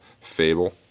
Fable